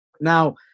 Now